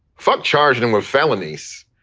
fuck. charge them with felonies.